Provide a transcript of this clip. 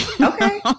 Okay